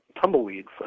Tumbleweeds